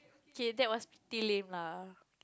okay that was pretty lame lah